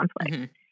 conflict